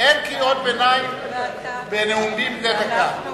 אין קריאות ביניים בנאומים בני דקה.